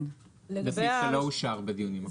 זה סעיף שלא אושר בדיונים הקודמים.